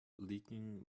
leaking